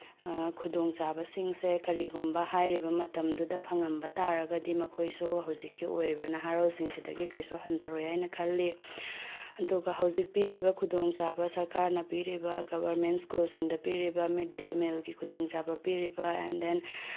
ꯈꯨꯗꯣꯡꯆꯥꯕꯁꯤꯡꯁꯦ ꯀꯔꯤꯒꯨꯝꯕ ꯍꯥꯏꯔꯤꯕ ꯃꯇꯝꯗꯨꯗ ꯐꯪꯉꯝꯕ ꯇꯥꯔꯒꯗꯤ ꯃꯈꯣꯏꯁꯨ ꯍꯧꯖꯤꯛꯀꯤ ꯑꯣꯏꯔꯤꯕ ꯅꯍꯥꯔꯣꯜꯁꯤꯡꯁꯤꯗꯒꯤ ꯀꯩꯁꯨ ꯍꯟꯊꯔꯣꯏ ꯍꯥꯏꯅ ꯈꯜꯂꯤ ꯑꯗꯨꯒ ꯍꯧꯖꯤꯛ ꯄꯤꯔꯤꯕ ꯈꯨꯗꯣꯡꯆꯥꯕ ꯁꯔꯀꯥꯔꯅ ꯄꯤꯔꯤꯕ ꯒꯕꯔꯃꯦꯟ ꯁ꯭ꯀꯨꯜꯁꯤꯡꯗ ꯄꯤꯔꯤꯕ ꯃꯤꯠ ꯗꯦ ꯃꯤꯜꯒꯤ ꯈꯨꯗꯣꯡꯆꯥꯕ ꯄꯤꯔꯤꯕ ꯑꯦꯟ ꯗꯦꯟ